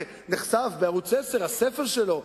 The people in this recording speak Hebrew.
נחשף בערוץ-10 הספר שלו,